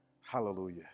Hallelujah